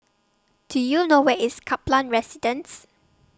Do YOU know Where IS Kaplan Residence